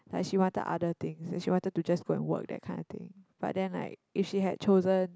like she wanted other things and she wanted to just go and work that kind of thing but then like if she had chosen